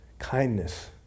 Kindness